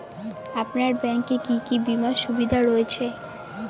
আপনার ব্যাংকে কি কি বিমার সুবিধা রয়েছে?